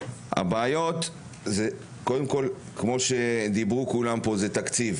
בעיות, קודם כל בתקציב